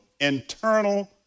internal